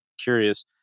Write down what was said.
curious